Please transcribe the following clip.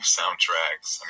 soundtracks